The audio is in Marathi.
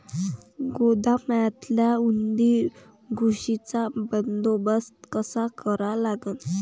गोदामातल्या उंदीर, घुशीचा बंदोबस्त कसा करा लागन?